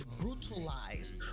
brutalized